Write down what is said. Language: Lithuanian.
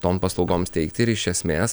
tom paslaugoms teikti ir iš esmės